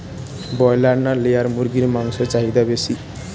Broiler না layer মুরগির মাংসর চাহিদা বেশি?